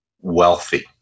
wealthy